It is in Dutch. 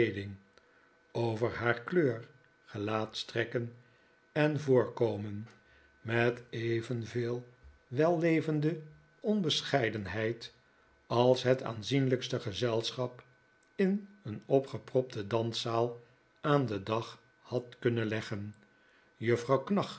over haar kleur gelaatstrekken en voorkomen met evenveel wellevende onbescheidenheid als het aanzienlijkste gezelschap in een opgepropte danszaal aan den dag had kunnen leggen juffrouw